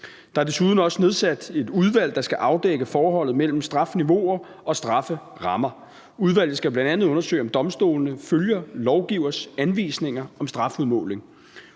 Der er desuden nedsat et udvalg, der skal afdække forholdet mellem strafniveauer og strafferammer. Udvalget skal bl.a. undersøge, om domstolene følger lovgivers anvisninger om strafudmåling.